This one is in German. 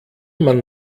man